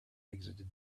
exited